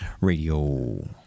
radio